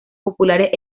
populares